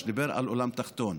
שדיבר על עולם תחתון.